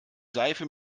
seife